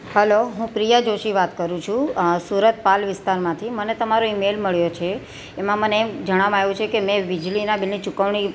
હાલો હું પ્રિયા જોશી વાત કરું છું સુરત પાલ વિસ્તારમાંથી મને તમારો ઈમેલ મળ્યો છે એમાં મને એમ જણાવામાં આવ્યું છે કે મેં વીજળીના બિલની ચુકવણી